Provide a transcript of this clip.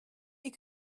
est